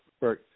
right